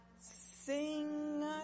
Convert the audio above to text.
sing